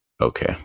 Okay